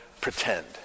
pretend